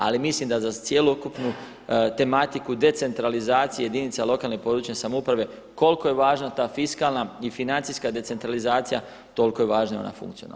Ali mislim da za cjelokupnu tematiku decentralizacije jedinica lokalne i područne samouprave koliko je važna ta fiskalna i financijska decentralizacija toliko je važna i ona funkcionalna.